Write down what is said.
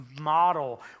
Model